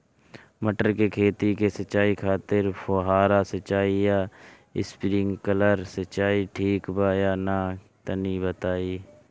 मटर के खेती के सिचाई खातिर फुहारा सिंचाई या स्प्रिंकलर सिंचाई ठीक बा या ना तनि बताई?